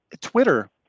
Twitter